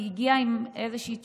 היא הגיעה עם איזושהי תשורה,